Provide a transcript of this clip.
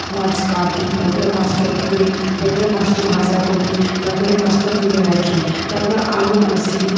মাছ কাটি তারপরে মাছটা ধুই তারপরে মাছটা ভাজা করি তারপরে মাছটা তুলে রাখি তারপরে আলু কষি